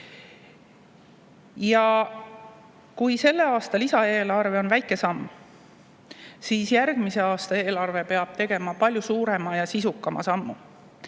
Ja kui selle aasta lisaeelarve on väike samm, siis järgmise aasta eelarve peab tegema palju suurema ja sisukama sammu.